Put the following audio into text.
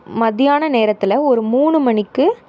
மத்தியான நேரத்தில் ஒரு மூணு மணிக்கு